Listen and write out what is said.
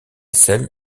celle